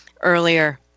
earlier